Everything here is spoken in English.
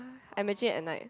I imagine at night